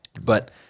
But-